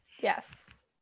yes